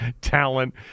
talent